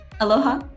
aloha